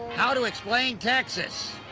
how to explain texas?